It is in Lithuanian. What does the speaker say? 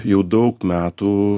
jau daug metų